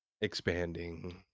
expanding